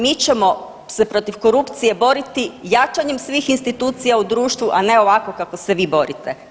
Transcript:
Mi ćemo se protiv korupcije boriti jačanjem svih institucija u društvu, a ne ovako kako se vi borite.